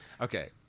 Okay